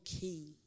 king